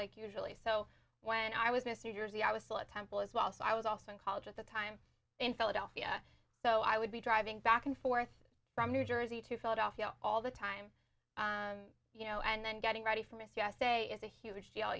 like usually so when i was miss new jersey i was still at temple as well so i was also in college at the time in philadelphia so i would be driving back and forth from new jersey to philadelphia all the time you know and then getting ready for miss usa is a huge deal